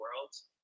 Worlds